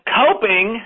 coping